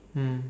mm